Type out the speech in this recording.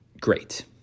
great